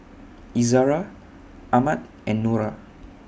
Izara Ahmad and Nura